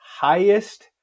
highest